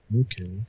Okay